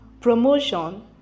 promotion